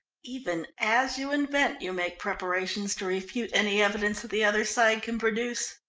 even as you invent you make preparations to refute any evidence that the other side can produce.